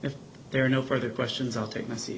if there are no further questions i'll take m